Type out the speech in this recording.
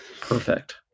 perfect